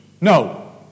No